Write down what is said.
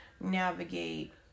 navigate